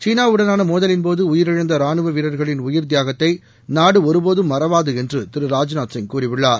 சீனா வுடனான மோதலின்போது உயிரிழந்த ரானுவ வீரர்களின் உயிர் தியாகத்தை நாடு ஒருபோதும் மறவாது என்று திரு ராஜ்நாத்சிங் கூறியுள்ளார்